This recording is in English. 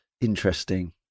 Interesting